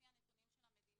על פי הנתונים של המדינה,